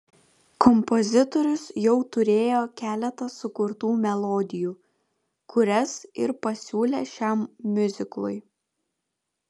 kompozitorius jau turėjo keletą sukurtų melodijų kurias ir pasiūlė šiam miuziklui